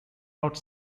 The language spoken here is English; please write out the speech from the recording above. out